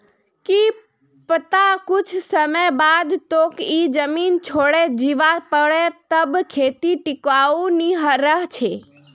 की पता कुछ समय बाद तोक ई जमीन छोडे जीवा पोरे तब खेती टिकाऊ नी रह छे